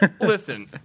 listen